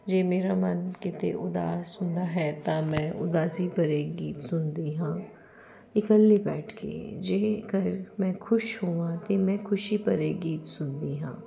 ਜੇ ਮੇਰਾ ਮਨ ਕਿਤੇ ਉਦਾਸ ਹੁੰਦਾ ਹੈ ਤਾਂ ਮੈਂ ਉਦਾਸੀ ਭਰੇ ਗੀਤ ਸੁਣਦੀ ਹਾਂ ਇਕੱਲੀ ਬੈਠ ਕੇ ਜੇਕਰ ਮੈਂ ਖੁਸ਼ ਹੋਵਾਂ ਤਾਂ ਮੈਂ ਖੁਸ਼ੀ ਭਰੇ ਗੀਤ ਸੁਣਦੀ ਹਾਂ